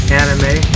anime